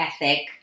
ethic